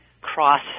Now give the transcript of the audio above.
cross